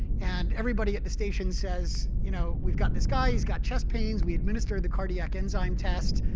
and everybody at the station says, you know we've got this guy, he's got chest pains. we administered the cardiac enzyme test.